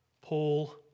Paul